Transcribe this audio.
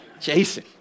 Jason